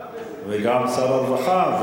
גם שר הרווחה,